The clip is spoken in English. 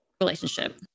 relationship